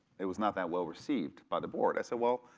it was not that well received by the board. i said well,